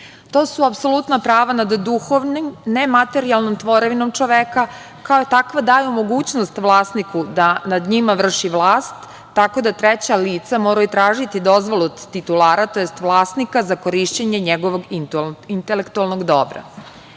su apsolutna prava nad duhovnim, nematerijalnom tvorevinom čoveka i kao takva daju mogućnost vlasniku da nad njima vrši vlast, tako da treća lica moraju tražiti dozvolu od titulara, tj. vlasnika za korišćenje njegovog intelektualnog